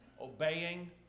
obeying